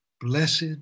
blessed